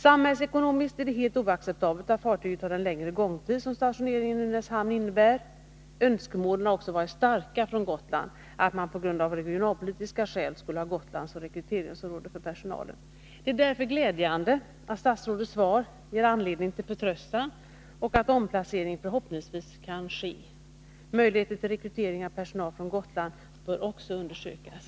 Samhällsekonomiskt är det helt oacceptabelt att fartyget har den längre gångtid som stationeringen i Nynäshamn innebär. Önskemålen från Gotland har också varit starka om att man på grund av regionalpolitiska skäl skulle ha Gotland som rekryteringsområde för personalen. Det är därför glädjande att statsrådets svar ger anledning till förtröstan och att omplacering förhoppningsvis kan ske. Möjligheterna till rekrytering av personal från Gotland bör också undersökas.